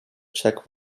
czech